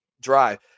drive